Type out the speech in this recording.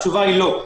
התשובה היא לא,